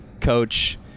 coach